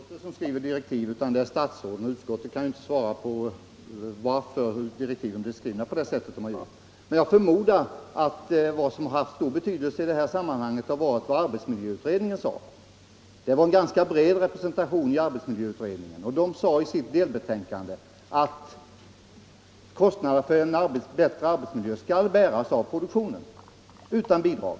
Herr talman! Det är inte utskottet som skriver direktiven utan statsrådet, och utskottet kan inte svara på varför direktiven skrivits på sätt som skett. Men jag förmodar att vad arbetsmiljöutredningen framhållit har haft stor betydelse i sammanhanget. Arbetsmiljöutredningen sade i sitt delbetänkande att kostnaden för en bättre arbetsmiljö skall bäras av produktionen utan bidrag.